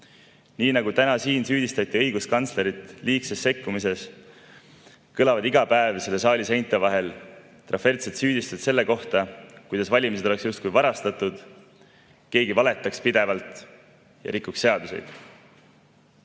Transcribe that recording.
Nii nagu täna siin süüdistati õiguskantslerit liigses sekkumises, kõlavad iga päev selle saali seinte vahel trafaretsed süüdistused selle kohta, kuidas valimised oleksid justkui varastatud, keegi valetaks pidevalt ja rikuks seadusi.